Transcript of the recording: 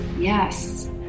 Yes